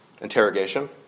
interrogation